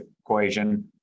equation